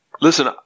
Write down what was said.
Listen